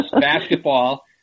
Basketball